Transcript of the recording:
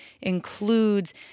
includes